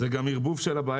זה גם ערבוב של הבעיה.